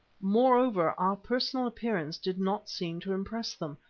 moreover, our personal appearance did not seem to impress them,